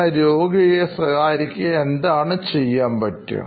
എന്ത് വ്യത്യാസമാണ് ഉണ്ടാക്കുവാൻ സാധിക്കുക